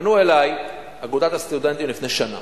פנו אלי מאגודת הסטודנטים לפני שנה,